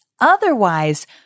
Otherwise